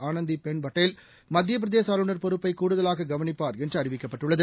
ஆனந்தி பென் பட்டேல் மத்தியப் பிரதேச ஆளுநர் பொறுப்பை கூடுதலாக கவனிப்பார் என்று அறிவிக்கப்பட்டுள்ளது